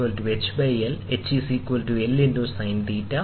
അതിനാൽ അവർ എന്താണ് ചോദിക്കുന്നത് എന്താണ് h എന്ന് കണ്ടെത്താൻ അവർ ശ്രമിക്കുന്നു